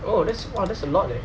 oh that's !wah! that's a lot leh